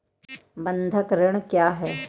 बंधक ऋण क्या है?